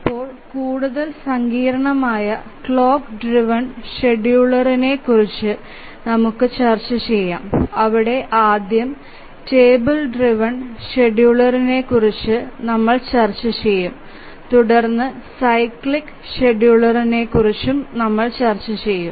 ഇപ്പോൾ കൂടുതൽ സങ്കീർണ്ണമായ ക്ലോക്ക് ഡ്രൈവ്എൻ ഷെഡ്യൂളറിനെക്കുറിച്ച് നമുക്ക് ചർച്ച ചെയ്യാം അവിടെ ആദ്യം ടേബിൾ ഡ്രൈവ്എൻ ഷെഡ്യൂളറിനെക്കുറിച്ച് ഞങ്ങൾ ചർച്ച ചെയ്യും തുടർന്ന് സൈക്ലിക് ഷെഡ്യൂളറിനെക്കുറിച്ച് ചർച്ച ചെയ്യും